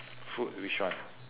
food which one